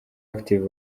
active